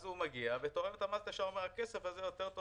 הוא תורם ואומר, הכסף הזה יותר טוב